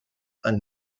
yng